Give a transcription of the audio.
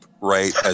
right